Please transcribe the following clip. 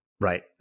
Right